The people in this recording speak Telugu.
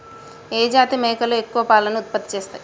ఏ జాతి మేకలు ఎక్కువ పాలను ఉత్పత్తి చేస్తయ్?